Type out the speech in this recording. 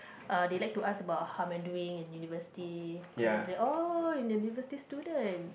uh they like to ask about how am I doing in university cause they say like oh university student